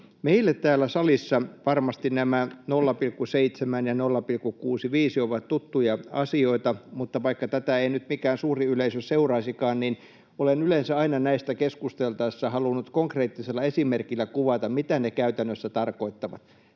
Meille täällä salissa varmasti nämä 0,7 ja 0,65 ovat tuttuja asioita, mutta vaikka tätä ei nyt mikään suuri yleisö seuraisikaan, niin olen yleensä aina näistä keskusteltaessa halunnut konkreettisella esimerkillä kuvata, mitä ne käytännössä tarkoittavat.